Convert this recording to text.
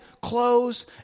clothes